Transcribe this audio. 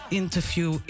interview